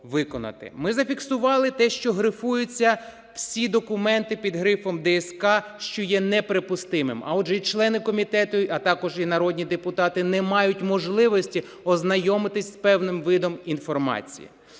Ми зафіксували те, що грифуються всі документи під грифом ДСК, що є неприпустимим, а отже, і члени комітету, а також і народні депутати, не мають можливості ознайомитись з певним видом інформації.